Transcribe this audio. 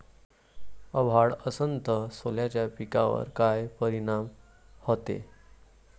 अभाळ असन तं सोल्याच्या पिकावर काय परिनाम व्हते?